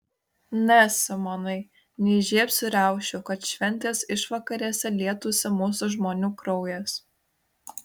ne simonai neįžiebsiu riaušių kad šventės išvakarėse lietųsi mūsų žmonių kraujas